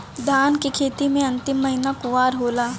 धान के खेती मे अन्तिम महीना कुवार होला?